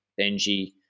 Benji